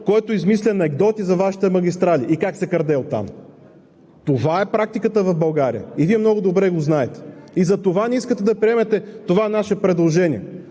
който измисля анекдоти за Вашите магистрали и как се краде оттам. Това е практиката в България и Вие много добре го знаете. И затова не искате да приемете това наше предложение,